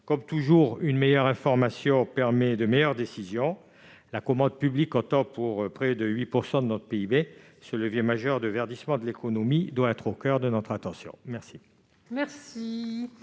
Comme toujours, une meilleure information permet de meilleures décisions. La commande publique entrant pour près de 8 % dans notre PIB, ce levier majeur de verdissement de l'économie doit être au coeur de notre attention. Quel